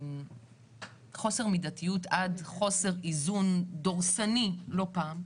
חוסר מידתיות עד חוסר איזון דורסני לא פעם,